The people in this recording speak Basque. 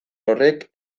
horrek